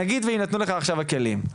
נגיד ויינתנו לך הכלים,